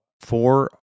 four